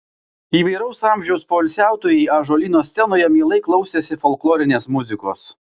įvairaus amžiaus poilsiautojai ąžuolyno scenoje mielai klausėsi folklorinės muzikos